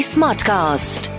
Smartcast